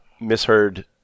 misheard